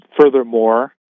Furthermore